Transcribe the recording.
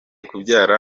kubyara